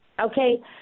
Okay